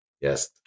Yes